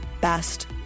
best